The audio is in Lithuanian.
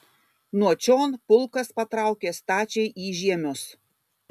nuo čion pulkas patraukė stačiai į žiemius